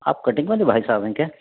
आप कटिंग वाले भाई साहब हैं क्या